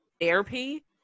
therapy